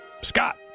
Scott